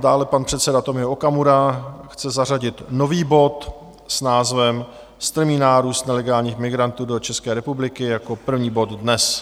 Dále pan předseda Tomio Okamura chce zařadit nový bod s názvem Strmý nárůst nelegálních migrantů do České republiky jako první bod dnes.